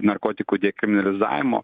narkotikų dekriminalizavimo